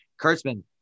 Kurtzman